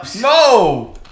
No